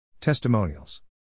Testimonials